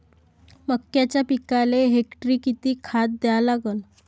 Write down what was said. मक्याच्या पिकाले हेक्टरी किती खात द्या लागन?